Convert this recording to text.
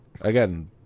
Again